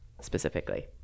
specifically